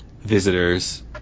visitors